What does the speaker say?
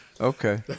Okay